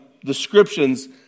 descriptions